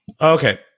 Okay